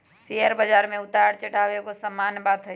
share बजार में उतार चढ़ाओ एगो सामान्य बात हइ